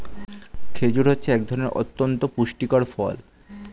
খেজুর হচ্ছে এক ধরনের অতন্ত পুষ্টিকর ফল